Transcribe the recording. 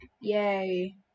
Yay